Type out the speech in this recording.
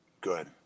Good